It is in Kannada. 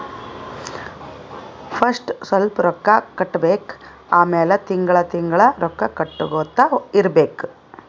ಫಸ್ಟ್ ಸ್ವಲ್ಪ್ ರೊಕ್ಕಾ ಕಟ್ಟಬೇಕ್ ಆಮ್ಯಾಲ ತಿಂಗಳಾ ತಿಂಗಳಾ ರೊಕ್ಕಾ ಕಟ್ಟಗೊತ್ತಾ ಇರ್ಬೇಕ್